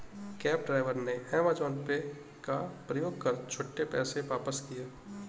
cab driver ने Amazon Pay का प्रयोग कर छुट्टे पैसे वापस किए